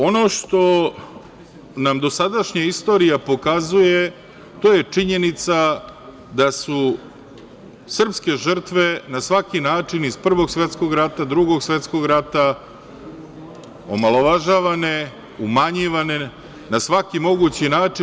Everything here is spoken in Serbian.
Ono što nam dosadašnja istorija pokazuje, to je činjenica da su srpske žrtve na svaki način iz Prvog svetskog rata, Drugog svetskog rata, omalovažavane, umanjivane na svaki mogući način.